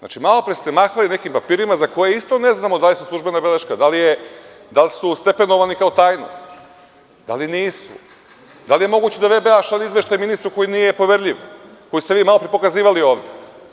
Malopre ste mahali nekim papirima za koje isto ne znamo da li su službene beleške, da li su stepenovane kao tajnost, da li nisu, da li je moguće da VBA šalje izveštaj ministru koji nije poverljiv, koji ste vi malopre pokazivali ovde?